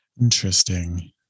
Interesting